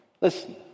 Listen